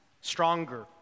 stronger